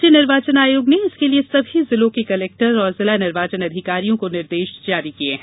राज्य निर्वाचन आयोग ने इसके लिये सभी जिलों के कलेक्टर और जिला निर्वाचन अधिकारियों को निर्देश जारी किये हैं